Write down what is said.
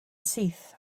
syth